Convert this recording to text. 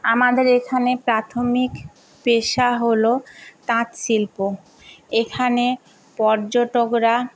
আমাদের এখানে প্রাথমিক পেশা হলো তাঁত শিল্প এখানে পর্যটকরা